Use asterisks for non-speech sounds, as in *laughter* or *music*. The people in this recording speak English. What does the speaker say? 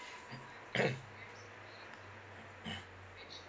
*coughs* *coughs*